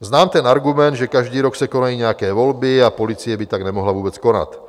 Znám ten argument, že každý rok se konají nějaké volby, a policie by tak nemohla vůbec konat.